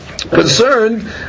concerned